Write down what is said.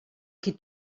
qui